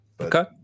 Okay